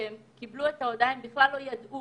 אנחנו כוועדה צריכים לדרוש